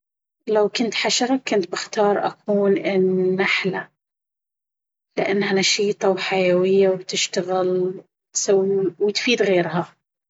لو كنت حشرة كنت باختار أكون النحلة لأنها نشيطة وحيوية وتشتغل وتفيد غيرها.